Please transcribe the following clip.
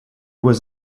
was